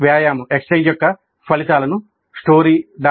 వ్యాయామం యొక్క ఫలితాలను story